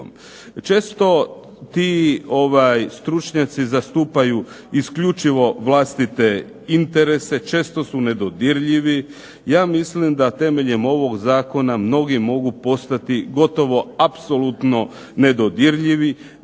Često ti stručnjaci zastupaju vlastite interese, često su nedodirljivi, ja mislim da temeljem ovog Zakona mnogi mogu postati gotovo apsolutno nedodirljivi